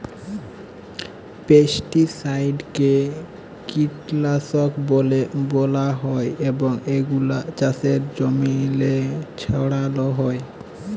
পেস্টিসাইডকে কীটলাসক ব্যলা হ্যয় এবং এগুলা চাষের জমিল্লে ছড়াল হ্যয়